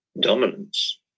dominance